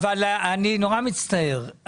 אני נורא מצטער.